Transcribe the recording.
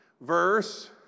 verse